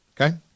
Okay